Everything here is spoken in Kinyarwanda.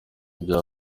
ibyo